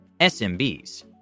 SMBs